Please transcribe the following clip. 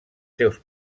seus